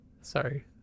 sorry